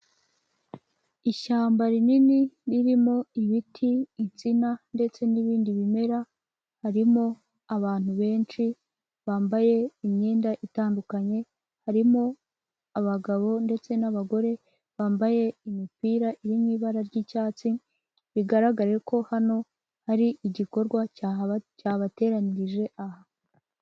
Ishyamba rinini ririmo: ibiti, insina ndetse n'ibindi bimera, harimo abantu benshi bambaye imyenda itandukanye, harimo abagabo ndetse n'abagore bambaye imipira iri mu ibara ry'icyatsi, bigaragare ko hano hari igikorwa cyabateranyirije aha.